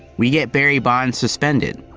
we get barry bonds suspended.